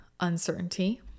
Uncertainty